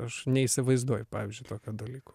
aš neįsivaizduoju pavyzdžiui tokio dalyko